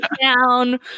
down